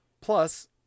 Plus